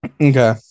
Okay